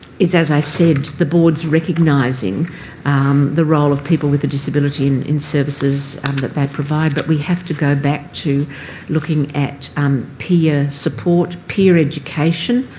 is, as i said, the boards recognising the role of people with a disability in in services um that they provide but we have to go back to looking at um peer support, peer education,